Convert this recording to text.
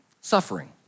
suffering